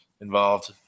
involved